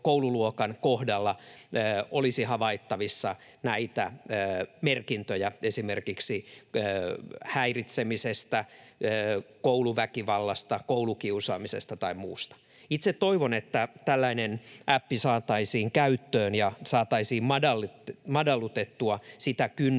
koululuokan kohdalla olisi havaittavissa näitä merkintöjä esimerkiksi häiritsemisestä, kouluväkivallasta, koulukiusaamisesta tai muusta. Itse toivon, että tällainen äppi saataisiin käyttöön ja saataisiin madallettua sitä kynnystä,